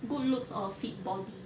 good looks or fit body